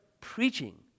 preaching